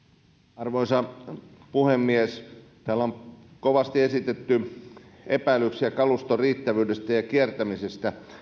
arvoisa puhemies täällä on kovasti esitetty epäilyksiä kaluston riittävyydestä ja kiertämisestä